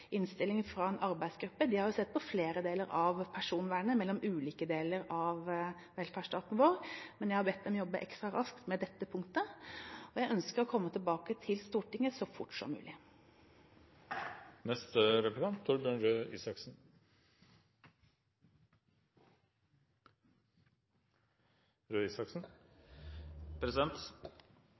innstilling fra en arbeidsgruppe. Den har sett på flere deler av personvernet mellom ulike deler av velferdsstaten vår, men jeg har bedt dem jobbe ekstra raskt med dette punktet. Jeg ønsker å komme tilbake til Stortinget så fort som mulig.